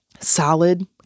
solid